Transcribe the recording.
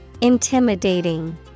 Intimidating